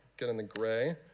get in the gray.